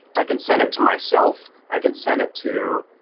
i can send it to myself i can send it to